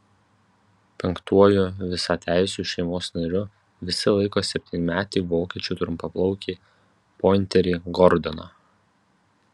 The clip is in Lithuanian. penktuoju visateisiu šeimos nariu visi laiko septynmetį vokiečių trumpaplaukį pointerį gordoną